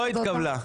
לא התקבלה.